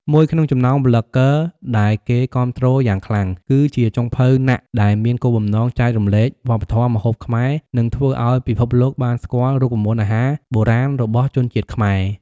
មួយក្នុងចំណោមប្លុកហ្គើដែលគេគាំទ្រយ៉ាងខ្លាំង គឺជាចុងភៅណាក់ ដែលមានគោលបំណងចែករំលែកវប្បធម៌ម្ហូបខ្មែរនិងធ្វើឲ្យពិភពលោកបានស្គាល់រូបមន្តអាហារបុរាណរបស់ជនជាតិខ្មែរ។